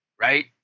right